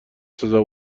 سزا